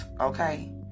Okay